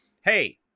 Hey